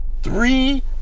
Three